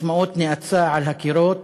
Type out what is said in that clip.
ססמאות נאצה על הקירות,